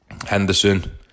Henderson